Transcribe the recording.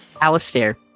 Alistair